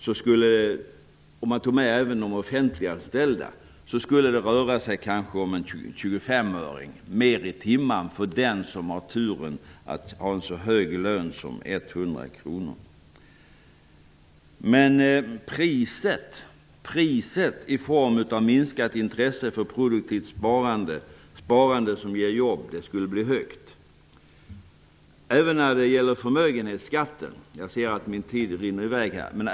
Om man tog med även de offentliganställda skulle det röra sig om en 25-öring mer i timmen för den som har turen att ha en så hög lön som 100 kr. i timmen. Men priset i form av minskat intresse för produktivt sparande -- sparande som ger jobb -- skulle bli högt. Jag ser att min taletid rinner i väg här.